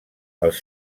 els